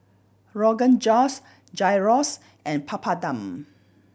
Rogan Josh Gyros and Papadum